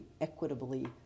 equitably